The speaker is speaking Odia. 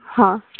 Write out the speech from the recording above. ହଁ